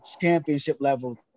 championship-level